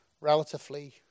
relatively